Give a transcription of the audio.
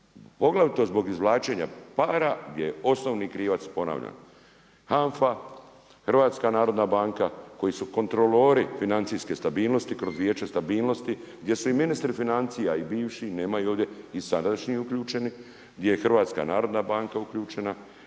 poglavito zbog izvlačenja para gdje je osnovni krivac, ponavljam, HANFA, HNB koji su kontrolori financijske stabilnosti kroz Vijeće stabilnosti gdje su i ministri financija i bivši, nema ih ovdje i sadašnji uključeni, gdje je HNB uključena,